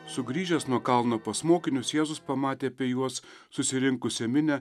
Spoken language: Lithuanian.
sugrįžęs nuo kalno pas mokinius jėzus pamatė apie juos susirinkusią minią